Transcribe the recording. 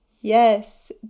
Yes